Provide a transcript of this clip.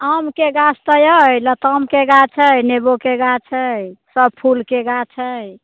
आमके गाछ तऽ अइ लतामके गाछ अइ नेबोके गाछ अइ सब फूलके गाछ अइ